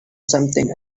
something